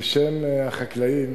בשם החקלאים